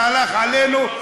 והלך עלינו,